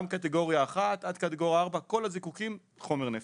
גם קטגוריה 1 עד קטגוריה 4, כל הזיקוקין חומר נפץ.